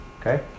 Okay